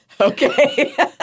Okay